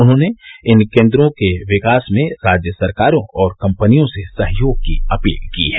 उन्होंने इन केन्द्रों के विकास में राज्य सरकारों और कंपनियों से सहयोग की अपील की है